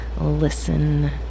listen